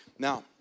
Now